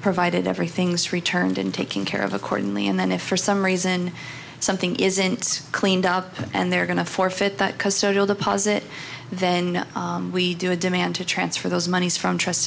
provided everything's returned and taking care of accordingly and then if for some reason something isn't cleaned up and they're going to forfeit that because social deposit then we do a demand to transfer those monies from trust